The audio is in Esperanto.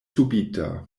subita